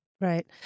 Right